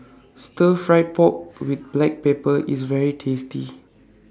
Stir Fried Pork with Black Pepper IS very tasty